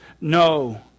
No